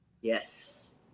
Yes